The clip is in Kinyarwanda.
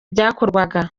byakorwaga